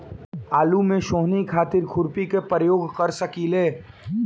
आलू में सोहनी खातिर खुरपी के प्रयोग कर सकीले?